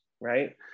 right